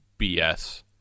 bs